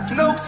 no